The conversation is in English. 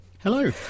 Hello